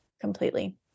completely